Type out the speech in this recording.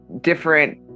different